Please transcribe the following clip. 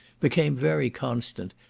became very constant,